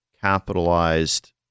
capitalized